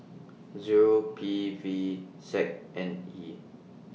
Zero P V Z N E